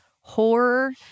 horror